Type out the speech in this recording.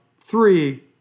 three